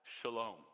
shalom